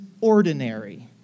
ordinary